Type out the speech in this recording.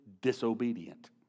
disobedient